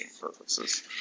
purposes